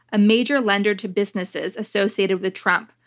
a major lender to businesses associated with trump,